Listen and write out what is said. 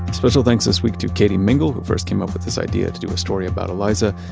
special thanks this week to katie mingle who first came up with this idea to do a story about eliza.